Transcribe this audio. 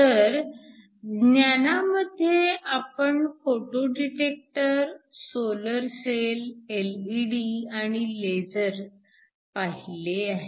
तर ज्ञानामध्ये आपण photo detector solar cell LED आणि लेझर पाहिले आहेत